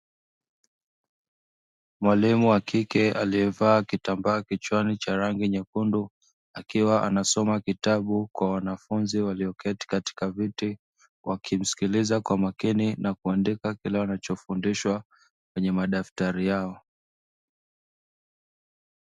Mwalimu wa kike aliyevaa kitambaa kichwani cha rangi nyekundu, akiwa anasoma kitabu kwa wanafunzi walioketi katika viti, wakimsikiliza kwa makini na kuandika kile wanachofundishwa kwenye madaftari yao.